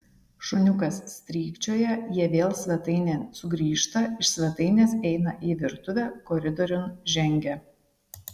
šuniukas strykčioja jie vėl svetainėn sugrįžta iš svetainės eina į virtuvę koridoriun žengia